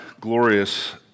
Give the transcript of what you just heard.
glorious